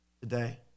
today